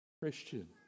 Christian